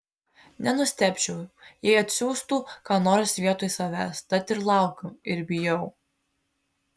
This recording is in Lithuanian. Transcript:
nenustebčiau jei atsiųstų ką nors vietoj savęs tad ir laukiu ir bijau